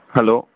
hello